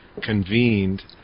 convened